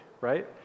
right